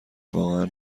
واقعا